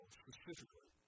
specifically